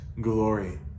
glory